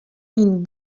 این